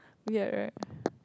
weird right